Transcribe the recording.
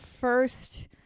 first